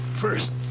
first